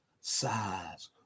size